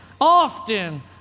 often